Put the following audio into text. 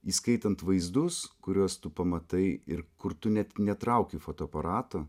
įskaitant vaizdus kuriuos tu pamatai ir kur tu net netrauki fotoaparato